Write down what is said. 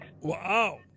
Wow